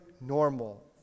normal